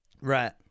Right